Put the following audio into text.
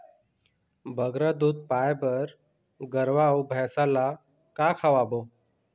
बगरा दूध पाए बर गरवा अऊ भैंसा ला का खवाबो?